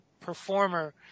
performer